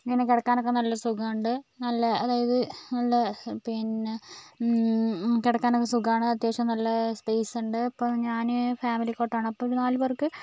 ഇങ്ങനെ കിടക്കാൻ ഒക്കെ നല്ല സുഖമുണ്ട് നല്ല അതായത് നല്ല പിന്നെ കിടക്കാൻ ഒക്കെ സുഖമാണ് അത്യാവശ്യം നല്ല സ്പേസ് ഉണ്ട് അപ്പോൾ ഞാൻ ഫാമിലി കോട്ട് ആണ് അപ്പോൾ ഒരു നാല് പേർക്ക്